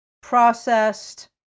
processed